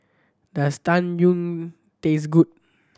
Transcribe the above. does Tang Yuen taste good